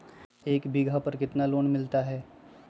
एक बीघा पर कितना लोन मिलता है?